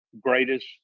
greatest